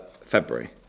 February